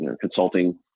consulting